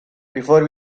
before